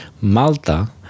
Malta